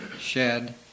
shed